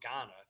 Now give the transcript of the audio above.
Ghana